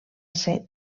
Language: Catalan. ser